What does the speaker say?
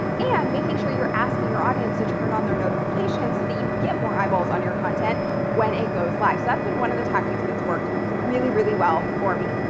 and making sure you're asking your audience to turn on their notifications, so that you get more eyeballs on your content when it goes live. so that's been one of the tactics that's worked really, really well for me.